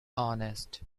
honest